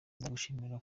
ndagushimiye